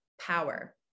power